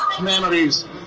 memories